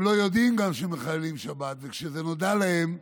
הם גם לא יודעים שהם מחללים שבת, וכשזה נודע להם,